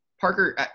Parker